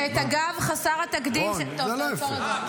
ואת הגב חסר התקדים של, טוב, תעצור רגע.